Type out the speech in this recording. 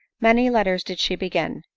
many letters did she begin,